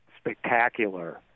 spectacular